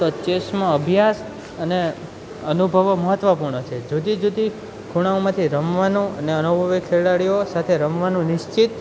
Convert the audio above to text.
તો ચેસમાં અભ્યાસ અને અનુભવો મહત્ત્વપૂર્ણ છે જુદી જુદી ખૂણાઓમાંથી રમવાનું અને અનુભવી ખેલાડીઓ સાથે રમવાનું નિશ્ચિત